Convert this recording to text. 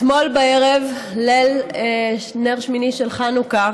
אתמול בערב, ליל נר שמיני של חנוכה,